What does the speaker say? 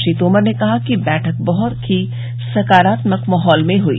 श्री तोमर ने कहा कि बैठक बहुत ही सकारात्मक माहौल में हुई